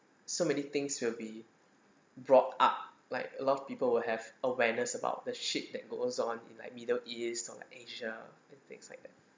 so many things will be brought up like a lot of people will have awareness about the shit that goes on in like middle east or like asia and things like that